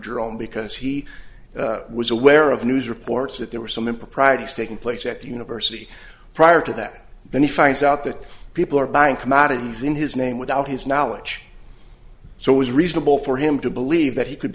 jerome because he was aware of news reports that there were some improprieties taking place at the university prior to that then he finds out that people are buying commodities in his name without his knowledge so it was reasonable for him to believe that he could